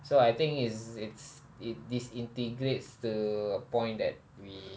so I think is it's it disintegrates to a point that we